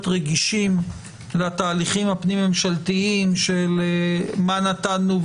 רגישים לתהליכים הפנים ממשלתיים של מה נתנו,